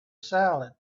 salad